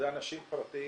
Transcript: זה אנשים פרטיים,